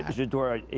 ah j'adore,